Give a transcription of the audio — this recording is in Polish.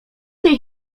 tej